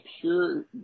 pure